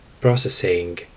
Processing